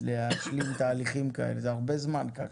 להשלים תהליכים כאלה, זה הרבה זמן ככה.